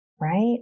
right